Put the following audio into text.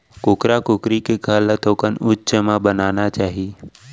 कुकरा कुकरी के घर ल थोकन उच्च म बनाना चाही